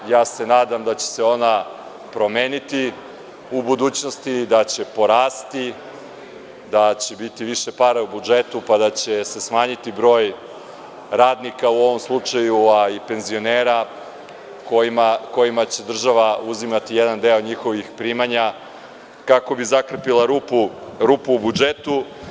Ja se nadam da će se ona promeniti u budućnosti, da će porasti, da će biti više para u budžetu, pa da će se smanjiti broj radnika u ovom slučaju, a i penzionera kojima će država uzimati jedan deo njihovih primanja, kako bi zakrpila rupu u budžetu.